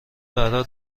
قرار